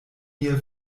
mia